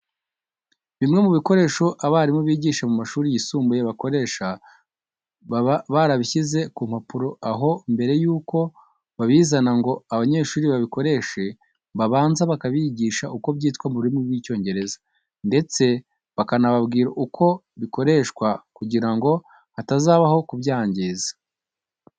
Bimwe mu bikoresho abarimu bigisha mu mashuri yisumbuye bakoresha baba barabishyize ku mpapuro aho mbere yuko babizana ngo abanyeshuri babikoreshe, babanza bakabigisha uko byitwa mu rurimi rw'Icyongereza ndese bakanababwira uburyo bikoreshwamo kugira ngo hatazabaho kubyangiza.